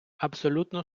абсолютно